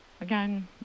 Again